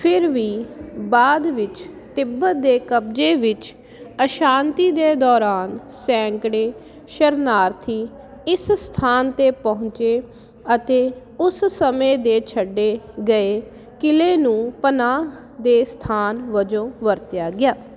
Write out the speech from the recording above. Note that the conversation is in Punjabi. ਫਿਰ ਵੀ ਬਾਅਦ ਵਿਚ ਤਿੱਬਤ ਦੇ ਕਬਜ਼ੇ ਵਿਚ ਅਸ਼ਾਂਤੀ ਦੇ ਦੌਰਾਨ ਸੈਂਕੜੇ ਸ਼ਰਨਾਰਥੀ ਇਸ ਸਥਾਨ ਤੇ ਪਹੁੰਚੇ ਅਤੇ ਉਸ ਸਮੇਂ ਦੇ ਛੱਡੇ ਗਏ ਕਿਲ੍ਹੇ ਨੂੰ ਪਨਾਹ ਦੇ ਸਥਾਨ ਵਜੋਂ ਵਰਤਿਆ ਗਿਆ